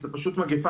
זה פשוט מגיפה,